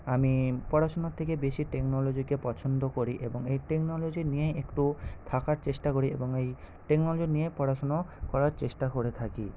আমি পড়াশোনার থেকে বেশি টেকনোলজিকে পছন্দ করি এবং এই টেকনোলজি নিয়েই একটু থাকার চেষ্টা করি এবং এই টেকনোলজি নিয়ে পড়াশোনা করার চেষ্টা করে থাকি